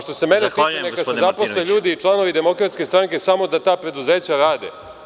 Što se mene tiče, neka se zaposle ljudi i članovi DS samo da ta preduzeća rade.